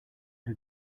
did